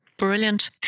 Brilliant